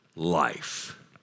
Life